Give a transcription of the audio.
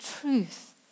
truth